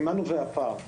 ממה נובע הפער?